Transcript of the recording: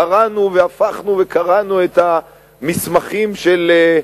קראנו והפכנו וקראנו את המסמכים של,